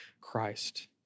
Christ